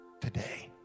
today